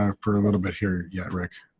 um for a little bit here. yeah rick?